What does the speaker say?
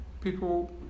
people